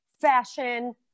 fashion